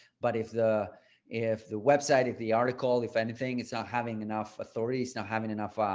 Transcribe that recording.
but if the if the website if the article if anything, it's not having enough authority, it's not having enough,